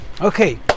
okay